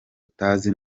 utazi